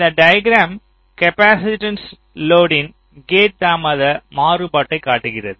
இந்த diagram capacitance லோடின் gate தாமத மாறுபாட்டைக் காட்டுகிறது